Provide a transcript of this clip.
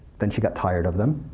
then she got tired of them,